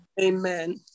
Amen